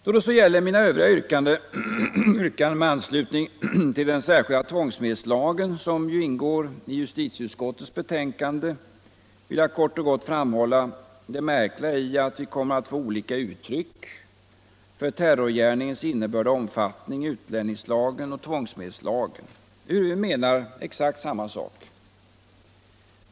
Då det så gäller mina övriga yrkanden i anslutning till den särskilda tvångsmedelslagen, som ju ingår i justitieutskottets betänkande, vill jag kort och gott framhålla det märkliga i att vi kommer att få olika uttryck för terrorgärningens innebörd och omfattning i utlänningslagen och i tvångsmedelslagen, ehuru vi menar exakt samma sak.